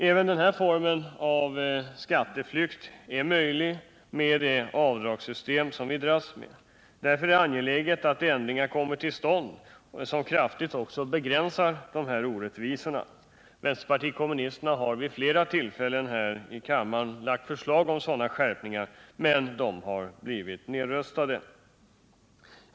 Även denna form av skatteflykt är möjlig med det avdragssystem som vi dras med. Därför är det angeläget att ändringar kommer till stånd som kraftigt begränsar också dessa orättvisor. Vänsterpartiet kommunisterna har vid flera tillfällen här i kammaren lagt fram förslag om sådana skärpningar, men dessa har blivit nedröstade.